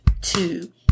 Two